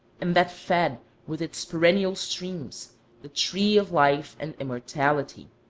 and that fed with its perennial streams the tree of life and immortality.